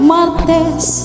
Martes